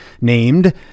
named